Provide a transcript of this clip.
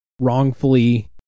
wrongfully